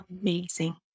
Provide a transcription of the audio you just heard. amazing